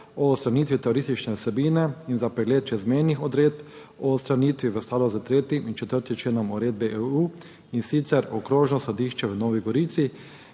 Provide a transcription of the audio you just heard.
odstranitvi turistične vsebine in za pregled čezmejnih odredb o odstranitvi v skladu s 3. in 4. členom uredbe EU, in sicer Okrožno sodišče v Novi Gorici,